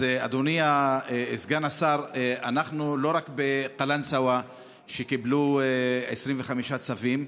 אדוני סגן השר, לא רק בקלנסווה קיבלו 25 צווים,